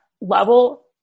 level